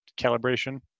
calibration